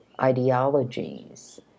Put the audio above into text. ideologies